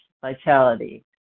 vitality